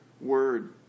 word